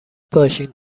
باشین